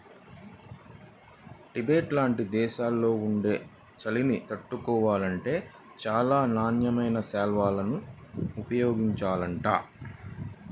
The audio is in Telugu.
టిబెట్ లాంటి దేశాల్లో ఉండే చలిని తట్టుకోవాలంటే చానా నాణ్యమైన శాల్వాలను ఉపయోగించాలంట